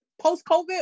Post-COVID